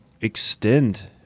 extend